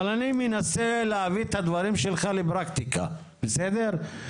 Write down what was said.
אבל אני מנסה להביא את הדברים שלך לפרקטיקה, בסדר?